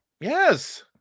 Yes